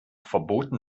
verboten